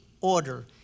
order